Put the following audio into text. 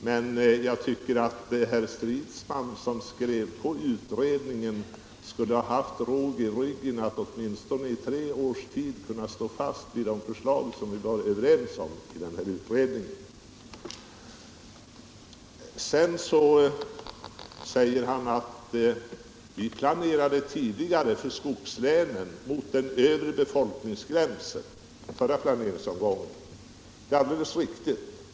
Men jag tycker att herr Stridsman, som också skrev på betänkandet, skulle ha haft råg i ryggen att åtminstone i tre års tid kunna stå fast vid de förslag vi var överens om i utredningen. Sedan sade herr Stridsman att vi för skogslänen tidigare planerade mot den övre befolkningsgränsen, och det är alldeles riktigt.